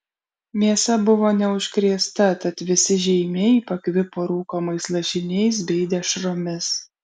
mėsa buvo neužkrėsta tad visi žeimiai pakvipo rūkomais lašiniais bei dešromis